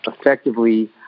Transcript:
effectively